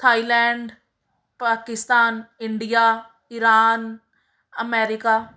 Thailand Pakistan India Iran America